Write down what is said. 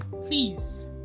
please